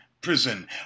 prison